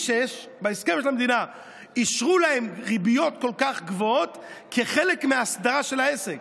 6 אישרו להם ריביות כל כך גבוהות כחלק מההסדרה של העסק.